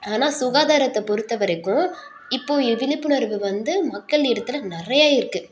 ஆனால் சுகாதாரத்தை பொறுத்த வரைக்கும் இப்போது விழிப்புணர்வு வந்து மக்கள் இடத்துல நிறையா இருக்குது